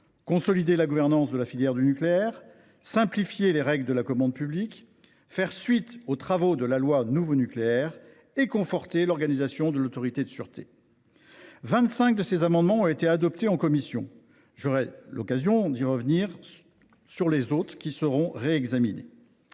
consolider la gouvernance de la filière du nucléaire, simplifier les règles de la commande publique, faire suite aux travaux de la loi Nouveau nucléaire et conforter l’organisation de l’ASNR. Déjà, 25 de ces amendements ont été adoptés en commission ; j’aurai l’occasion de revenir sur les autres, qui vous seront soumis